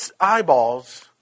eyeballs